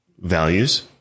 values